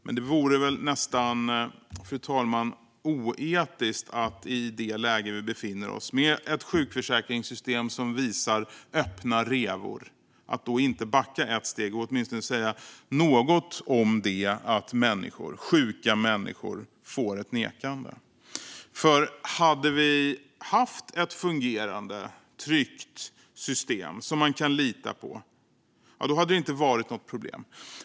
Men det vore väl, fru talman, nästan oetiskt att i det läge där vi befinner oss, med ett sjukförsäkringssystem som visar öppna revor, inte backa ett steg och åtminstone säga något om att sjuka människor får ett nekande. För hade vi haft ett fungerande, tryggt system som man kan lita på hade det inte varit något problem.